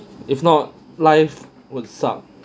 if not life would suck